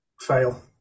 Fail